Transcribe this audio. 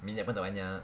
minyak pun tak banyak